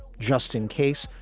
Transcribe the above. just in case,